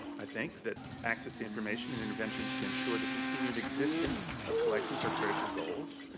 i think, that access to information and interventions to ensure the continued existence of collections are critical goals,